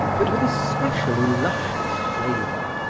but with a specially luscious flavor,